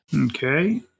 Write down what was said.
Okay